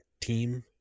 team